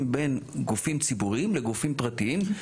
בין גופים ציבוריים לגופים פרטיים,